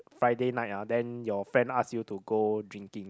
Friday night ah then your friend ask you to go drinking